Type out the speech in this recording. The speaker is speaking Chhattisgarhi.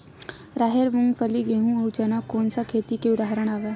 राहेर, मूंगफली, गेहूं, अउ चना कोन सा खेती के उदाहरण आवे?